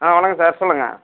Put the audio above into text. ஆ வணக்கம் சார் சொல்லுங்கள்